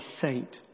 saint